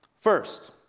First